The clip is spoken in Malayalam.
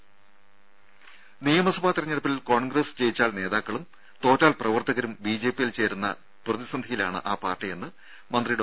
രും നിയമസഭാ തെരഞ്ഞെടുപ്പിൽ കോൺഗ്രസ് ജയിച്ചാൽ നേതാക്കളും തോറ്റാൽ പ്രവർത്തകരും ബിജെപിയിൽ ചേരുന്ന പ്രതിസന്ധിയിലാണ് ആ പാർട്ടിയെന്ന് മന്ത്രി ഡോ